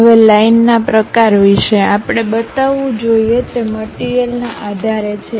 હવે લાઈનના પ્રકાર વિશે આપણે બતાવવું જોઈએ તે મટીરીયલના આધારે છે